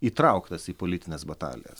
įtrauktas į politines batalijas